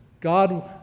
God